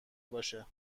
باشه